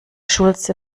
schulze